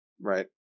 Right